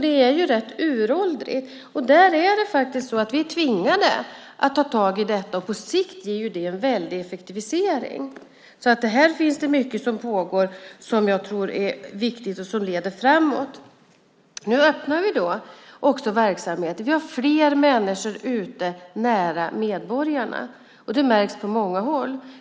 Det är rätt uråldrigt. Vi är tvingade att ta tag i detta, och på sikt ger det en effektivisering. Det finns mycket som pågår som är viktigt och som leder framåt. Nu öppnar vi också verksamheter. Vi har fler människor ute nära medborgarna. Det märks på många håll.